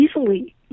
easily